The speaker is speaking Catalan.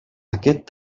aquest